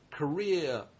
career